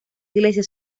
iglesia